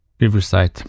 Riverside